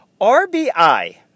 RBI